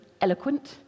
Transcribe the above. eloquent